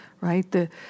right